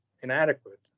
inadequate